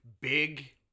big